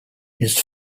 his